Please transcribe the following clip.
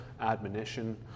admonition